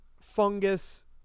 fungus